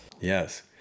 yes